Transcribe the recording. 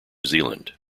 zealand